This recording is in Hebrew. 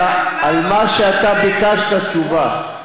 על מה שאתה ביקשת תשובה.